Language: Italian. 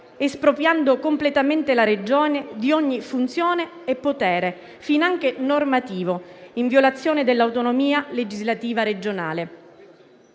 espropriando completamente la Regione di ogni funzione e potere, finanche normativo, in violazione dell'autonomia legislativa regionale.